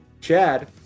Chad